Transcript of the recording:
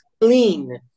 clean